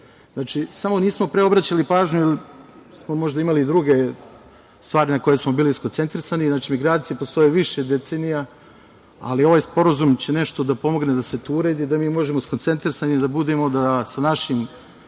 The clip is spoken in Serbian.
deset. Znači, samo nismo pre obraćali pažnju, jer smo imali druge stvari ne koje smo bili usredsređeni. Znači, migracije postoje više decenija, ali ovaj sporazum će nešto da pomogne da se to uredi, da mi možemo usredsređeni da budemo da sa našim